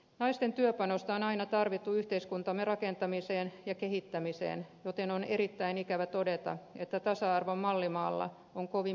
naisten työpanosta on aina tarvittu yhteiskuntamme rakentamiseen ja kehittämiseen joten on erittäin ikävä todeta että tasa arvon mallimaalla on kovin miehiset kasvot